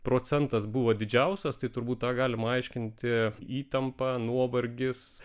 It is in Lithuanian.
procentas buvo didžiausias tai turbūt tą galima aiškinti įtampa nuovargis